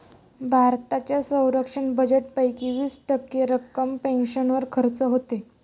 भारताच्या संरक्षण बजेटपैकी वीस टक्के रक्कम पेन्शनवर खर्च होते